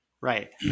Right